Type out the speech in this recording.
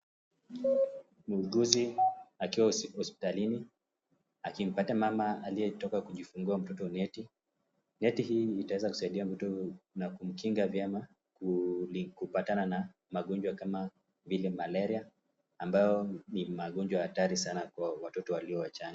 Muuguzi akiwa hospitalini. Akimpatia mama aliyetoka kujifungua mtoto neti. Neti hii itaweza kumsaidia mtoto na kumkinga vyema kupatana na magonjwa kama vile malaria, ambayo ni magonjwa hatari Sana kwa watoto waliowachanga.